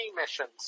missions